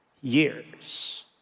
years